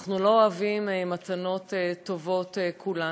אנחנו לא אוהבים מתנות טובות, כולנו.